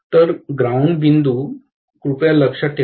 तर पृथ्वी बिंदू समान आहे कृपया लक्षात ठेवा